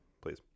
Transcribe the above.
Please